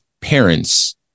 parents